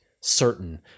certain